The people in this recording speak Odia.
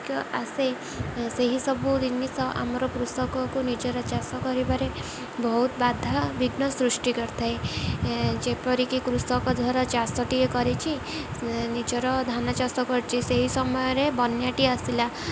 ଆସେ ସେହିସବୁ ଜିନିଷ ଆମର କୃଷକକୁ ନିଜର ଚାଷ କରିବାରେ ବହୁତ ବାଧା ବିିଘ୍ନ ସୃଷ୍ଟି କରିଥାଏ ଯେପରିକି କୃଷକ ଧର ଚାଷଟିଏ କରିଛି ନିଜର ଧାନ ଚାଷ କରିଛି ସେହି ସମୟରେ ବନ୍ୟାଟିଏ ଆସିଲା